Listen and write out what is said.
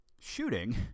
shooting